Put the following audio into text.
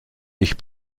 ich